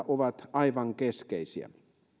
ovat aivan keskeisiä